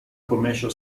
commercial